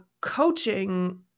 coaching